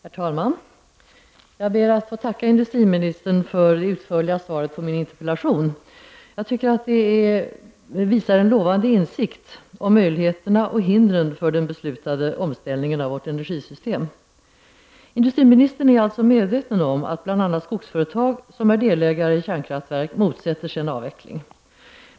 Herr talman! Jag ber att få tacka industriministern för det utförliga svaret på min interpellation. Jag tycker att svaret visar en lovande insikt om möjligheterna och hindren för den beslutade omställningen av vårt energisystem. Industriministern är alltså medveten om att bl.a. skogsföretag som är delägare i kärnkraftverk motsätter sig en avveckling.